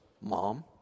mom